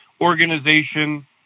Organization